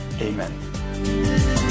Amen